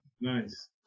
nice